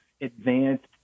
advanced